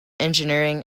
engineering